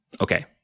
Okay